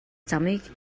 замыг